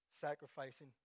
sacrificing